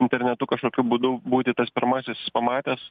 internetu kažkokiu būdu būti tas pirmasis jis pamatęs